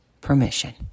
permission